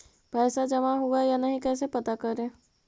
पैसा जमा हुआ या नही कैसे पता करे?